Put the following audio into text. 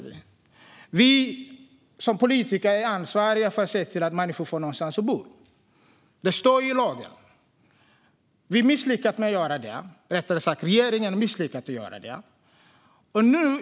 Vi som politiker är ansvariga för att se till att människor har någonstans att bo; det står i lagen. Vi misslyckas med det. Rättare sagt: Regeringen misslyckas med det.